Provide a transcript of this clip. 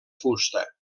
fusta